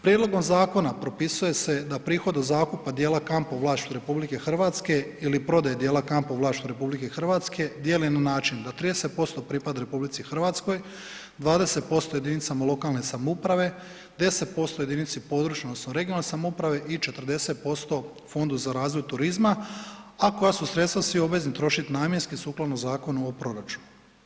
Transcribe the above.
Prijedlogom zakona propisuje da se prihodi zakupa dijela kampova u vlasništvu RH ili prodaje djela kampa u vlasništvu RH, dijele na način da 30% pripada RH, 20% jedinicama lokalne samouprave, 10% jedinici područne odnosno regionalne samouprave i 40% Fondu za razvoj turizma a koja su sredstva svi obvezni trošiti namjenski sukladno Zakonu o proračunu.